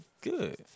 good